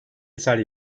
eser